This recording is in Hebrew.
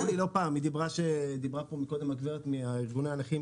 דיברה פה קודם נעמי מורביה מארגוני הנכים